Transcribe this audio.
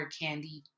candy